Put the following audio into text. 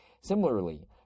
Similarly